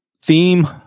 theme